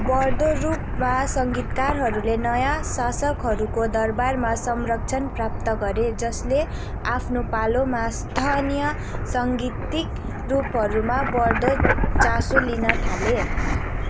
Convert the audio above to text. बढ्दो रूपमा सङ्गीतकारहरूले नयाँ शासकहरूको दरबारमा संरक्षण प्राप्त गरे जसले आफ्नो पालोमा स्थानीय साङ्गीतिक रूपहरूमा बढ्दो चासो लिन थाले